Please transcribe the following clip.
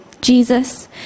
jesus